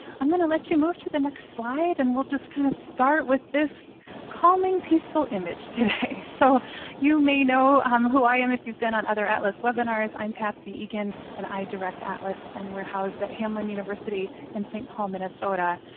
i'm gonna let you move to the next slide and we'll just kind of start with this calming peaceful image today. so you may know um who i am if you've been on other atlas webinars. i'm patsy egan and i direct atlas. and we're housed at hamline university in saint paul, minnesota.